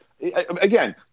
Again